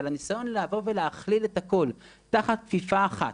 אבל הניסיון לבוא ולהכליל את הכל תחת כפיפה אחת,